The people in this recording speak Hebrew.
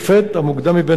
המוקדם מביניהם,